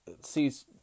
sees